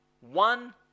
One